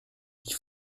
die